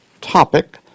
topic